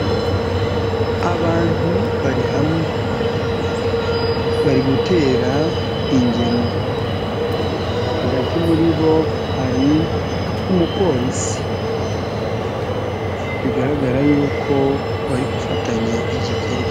Abantu bari hamwe bari gutera ingemwe, hagati muri bo hari umupolisi, bigaragara yuko bari gufatanya igikorwa.